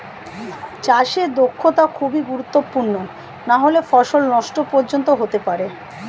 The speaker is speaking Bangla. চাষে দক্ষতা খুবই গুরুত্বপূর্ণ নাহলে ফসল নষ্ট পর্যন্ত হতে পারে